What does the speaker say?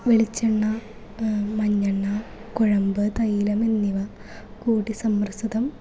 വെളിച്ചെണ്ണ മഞ്ഞെണ്ണ കുഴമ്പ് തൈലം എന്നിവ കൂട്ടി സമ്മർസിദം